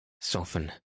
soften